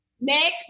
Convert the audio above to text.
Next